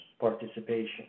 participation